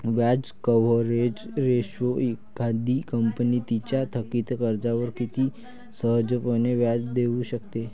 व्याज coverage ratio एखादी company तिच्या थकित कर्जावर किती सहजपणे व्याज देऊ शकते